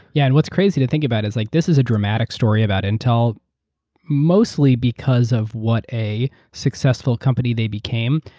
yeah and what's crazy to think about is like this is a dramatic story about intel mostly because of what a successful company they became,